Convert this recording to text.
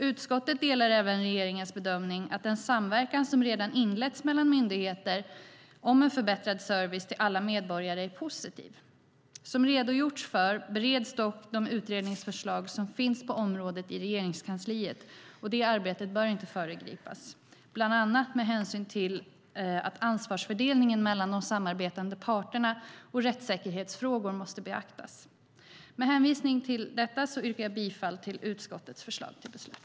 Utskottet delar regeringens bedömning att den samverkan som redan inletts mellan myndigheter om en förbättrad service till alla medborgare är positiv. Som redogjorts för bereds dock de utredningsförslag som finns på området i Regeringskansliet, och det arbetet bör inte föregripas, bland annat med hänsyn till att ansvarsfördelningen mellan de samarbetande parterna samt rättssäkerhetsfrågor måste beaktas. Med hänvisning till detta yrkar jag bifall till utskottets förslag till beslut.